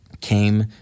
came